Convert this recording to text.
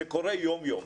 זה קורה יום-יום.